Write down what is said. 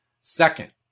Second